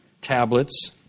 tablets